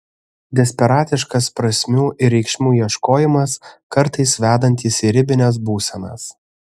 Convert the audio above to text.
desperatiškas prasmių ir reikšmių ieškojimas kartais vedantis į ribines būsenas